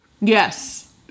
Yes